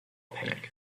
panic